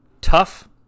tough